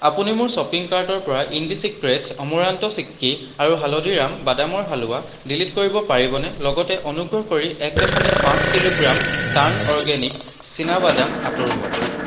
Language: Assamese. আপুনি মোৰ শ্বপিং কাৰ্টৰ পৰা ইণ্ডিচিক্ৰেট্ছ অমৰান্ত চিক্কি আৰু হালদিৰাম বাদামৰ হালোৱা ডিলিট কৰিব পাৰিবনে লগতে অনুগ্ৰহ কৰি এক দশমিক পাঁচ কিলোগ্ৰাম টাৰ্ণ অৰ্গেনিক চীনাবাদাম আঁতৰোৱা